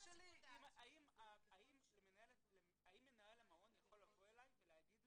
שלי היא האם מנהל המעון יכול להגיד לי